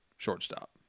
Shortstop